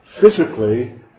physically